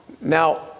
now